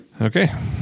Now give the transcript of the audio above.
Okay